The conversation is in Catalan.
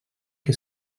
que